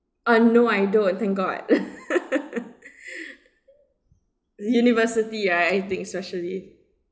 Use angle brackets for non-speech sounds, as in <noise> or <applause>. uh no I don't uh thank god <laughs> university I I think especially